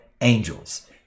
angels